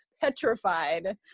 petrified